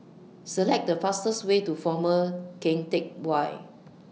Select The fastest Way to Former Keng Teck Whay